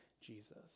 Jesus